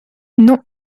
non